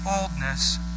oldness